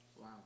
Wow